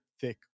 thick